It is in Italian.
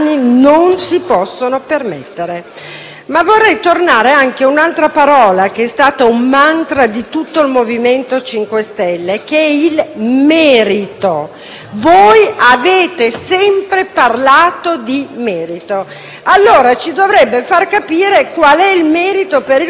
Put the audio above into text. poi tornare a un'altra parola, che è stata un mantra di tutto il MoVimento 5 Stelle, che è il merito. Voi avete sempre parlato di merito. Dovrebbe farci capire, allora, qual è il merito per il quale lei sta seduto su quella poltrona;